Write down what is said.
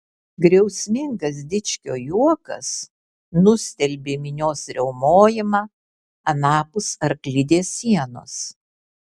griausmingas dičkio juokas nustelbė minios riaumojimą anapus arklidės sienos